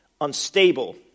unstable